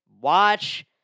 watch